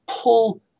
pull